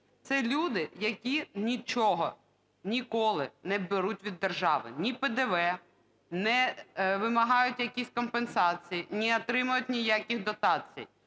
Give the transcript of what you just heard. Це люди, які нічого, ніколи не беруть від держави: ні ПДВ, не вимагають якісь компенсації, не отримують ніяких дотацій.